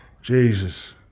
Jesus